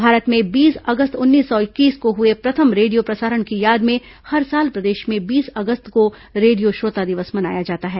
भारत में बीस अगस्त उन्नीस सौ इक्कीस को हुए प्रथम रेडियो प्रसारण की याद में हर साल प्रदेश में बीस अगस्त को रेडियो श्रोता दिवस मनाया जाता है